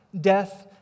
death